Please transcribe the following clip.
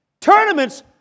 tournaments